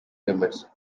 limits